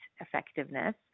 effectiveness